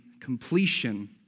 completion